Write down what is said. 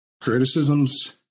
criticisms